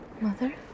Mother